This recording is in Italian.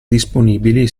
disponibili